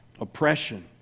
oppression